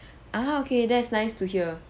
ah okay that's nice to hear